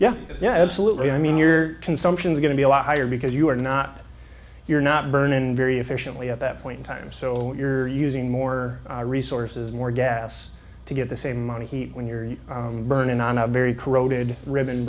yeah yeah absolutely i mean your consumption is going to be a lot higher because you're not you're not burn in very efficiently at that point in time so you're using more resources more gas to get the same money heat when you're burning on a very corroded ribbon